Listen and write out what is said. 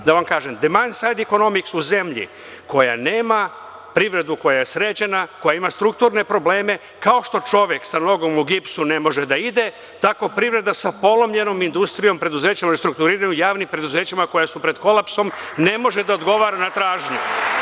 Demand side economics u zemlji koja nema privredu, koja je sređena, koja ima strukturne probleme, kao što čovek sa nogom u gipsu ne može da ide, tako privreda sa polomljenom industrijom, preduzećima u restrukturiranju, javnim preduzećima koja su pred kolapsom, ne može da odgovara na tražnje.